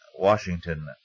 Washington